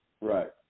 Right